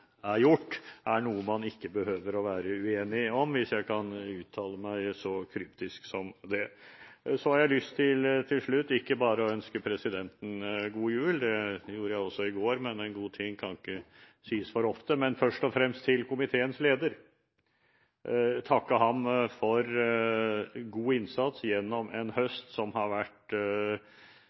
er gjort, er noe man ikke behøver å være uenig om – hvis jeg kan uttale meg så kryptisk som det. Så har jeg til slutt lyst til ikke bare å ønske presidenten god jul – det gjorde jeg også i går, men en god ting kan ikke sies for ofte – men først og fremst komiteens leder, og takke ham for god innsats gjennom en høst som har vært ikke vanskelig, men utfordrende, som har vært